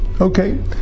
okay